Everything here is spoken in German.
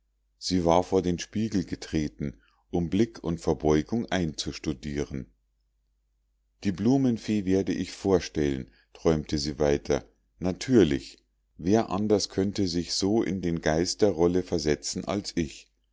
sie war vor den spiegel getreten um blick und verbeugung einzustudieren die blumenfee werde ich vorstellen träumte sie weiter natürlich wer anders könnte sich so in den geist der rolle versetzen als ich